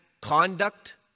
conduct